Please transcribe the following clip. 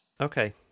Okay